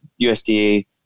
usda